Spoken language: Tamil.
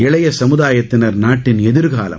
இளைய சமுதாயத்தினர் நாட்டின் எதிர்காலம்